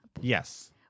Yes